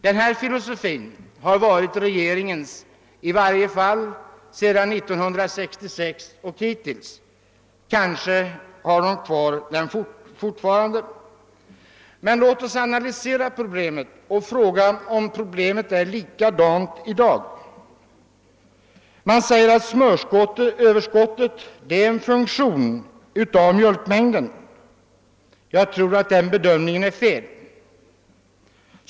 Den här filosofin har varit regeringens i varje fall sedan 1966 — kanske håller man fortfarande fast vid den. Men låt oss analysera problemet och fråga oss, om det är likadant i dag. Man säger att smöröverskottet är en funktion av mjölkmängden. Jag tror att den bedömningen är felaktig.